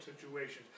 situations